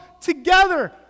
together